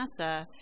NASA